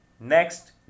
next